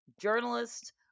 journalist